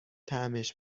طعمش